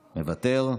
מוותר,